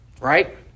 Right